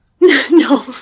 No